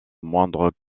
moindre